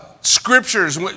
scriptures